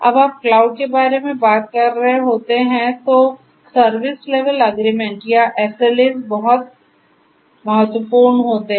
जब आप क्लाउड के बारे में बात कर रहे होते हैं तो सर्विस लेवल अग्रीमेंट या SLAs बहुत महत्वपूर्ण होते हैं